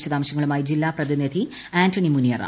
വിശദാംശുങ്ങളുമായി ജില്ലാ പ്രതിനിധി ആന്റണി മുനിയറ